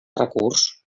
recurs